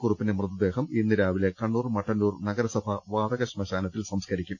കുറുപ്പിന്റെ മൃതദേഹം ഇന്ന് രാവിലെ കണ്ണൂർ മട്ടന്നൂർ നഗരസഭാ വാതക ശ്മശാനത്തിൽ സംസ്ക്കരിക്കും